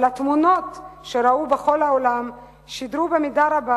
אבל התמונות שראו בכל העולם שידרו במידה רבה